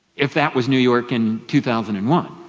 if that was new york in two thousand and one.